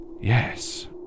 Yes